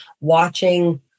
watching